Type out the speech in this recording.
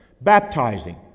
baptizing